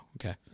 okay